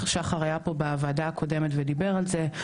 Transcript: שחר היה פה בוועדה הקודמת ודיבר על זה.